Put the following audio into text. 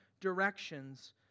directions